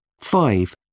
Five